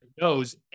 knows